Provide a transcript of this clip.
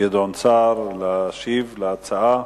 גדעון סער להשיב על ההצעה.